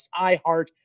iheart